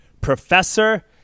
Professor